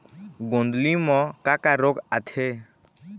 गोंदली म का का रोग आथे?